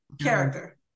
Character